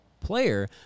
player